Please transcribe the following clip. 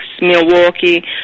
Milwaukee